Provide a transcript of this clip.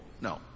No